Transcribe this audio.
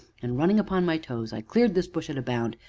and, running upon my toes, i cleared this bush at a bound,